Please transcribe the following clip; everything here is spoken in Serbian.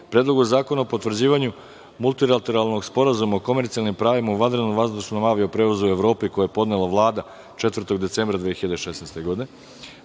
Predlogu zakona o potvrđivanju Multilateralnog sporazuma o komercijalnim pravima u vanrednom vazdušnom avio-prevozu u Evropi, koji je podnela Vlada, 4. decembra 2016. godine;